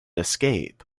escape